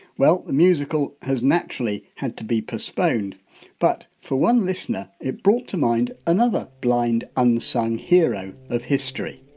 well the musical has naturally had to be postponed but for one listener it brought to mind another blind unsung hero of history